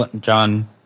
John